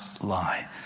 lie